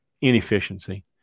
inefficiency